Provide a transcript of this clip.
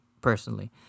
personally